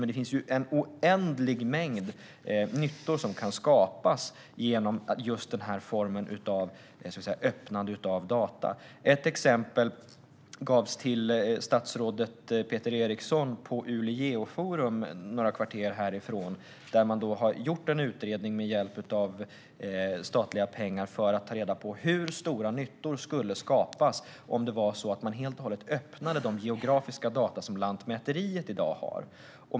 Men det finns en oändlig mängd nyttor som kan skapas genom just denna form av öppnande av data. Ett exempel gavs till statsrådet Peter Eriksson på ULI Geoforum några kvarter härifrån, där man har gjort en utredning med hjälp av statliga pengar för att ta reda på hur stora nyttor som skulle skapas om man helt och hållet öppnade de geografiska data som Lantmäteriet i dag har.